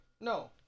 no